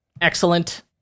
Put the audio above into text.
Excellent